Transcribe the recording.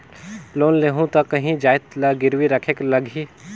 Loan लेहूं ता काहीं जाएत ला गिरवी रखेक लगही?